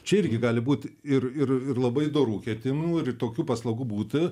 čia irgi gali būt ir ir ir labai dorų ketimų ir tokių paslaugų būti